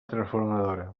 transformadora